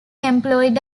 employed